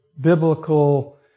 biblical